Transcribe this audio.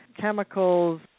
chemicals